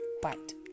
white